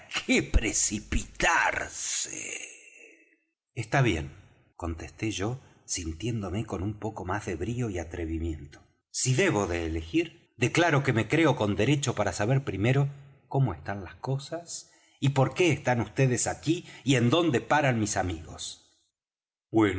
qué precipitarse está bien contesté yo sintiéndome con un poco más de brío y atrevimiento si debo de elegir declaro que me creo con derecho para saber primero cómo están las cosas y por qué están vds aquí y en dónde paran mis amigos